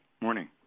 Morning